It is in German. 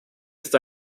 ist